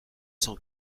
cent